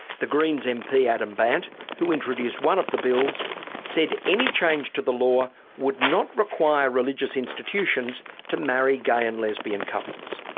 the green's mp adam bandt who introduced one of the bills said any change to the law would not require religious institutions to marry gay and lesbian couples.